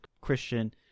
Christian